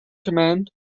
command